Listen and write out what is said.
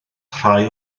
rhai